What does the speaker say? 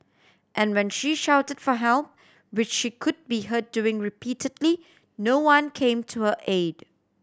and when she shouted for help which she could be heard doing repeatedly no one came to her aid